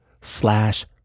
slash